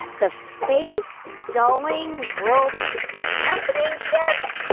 the face dulling world tampeningships?